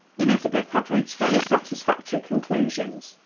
elizabeth had reached very satisfactory conclusions.